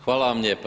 Hvala vam lijepa.